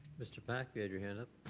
mr. pack, you had your hand up.